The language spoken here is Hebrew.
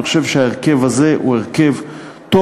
אני חושב שההרכב הזה הוא הרכב טוב,